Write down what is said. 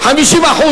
50%